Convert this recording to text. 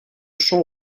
chant